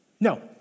No